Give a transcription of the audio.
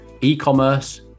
e-commerce